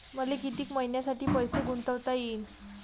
मले कितीक मईन्यासाठी पैसे गुंतवता येईन?